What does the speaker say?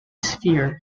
sphere